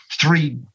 three